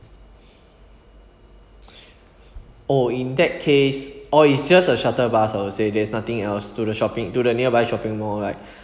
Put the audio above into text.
oh in that case orh it's just a shuttle bus I will say there's nothing else to the shopping to the nearby shopping mall right